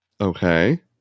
Okay